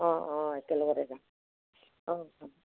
অঁ অঁ একেলগতে যাম অঁ অঁ